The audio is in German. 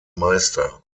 meister